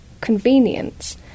convenience